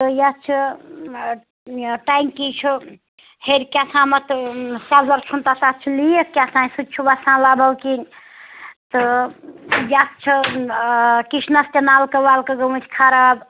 تہٕ یَتھ چھِ یہِ ٹنٛکی چھِ ہیٚرِ کیٛاہ تھامَتھ سٮ۪زر چھُنہٕ تَتھ چھُ لیٖک کیٛاہ تھام سُہ تہِ چھُ وَسان لَبَو کِنۍ تہٕ یَتھ چھِ کِچنَس تہِ نَلکہٕ وَلکہٕ گٔمٕتۍ خراب